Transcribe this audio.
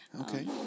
Okay